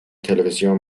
televisión